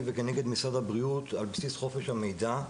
ונגד משרד הבריאות על בסיס חופש המידע.